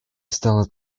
стало